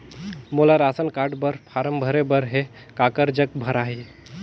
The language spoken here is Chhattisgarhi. मोला राशन कारड बर फारम भरे बर हे काकर जग भराही?